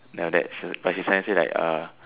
then after that then like she finds it that uh